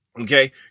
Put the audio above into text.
okay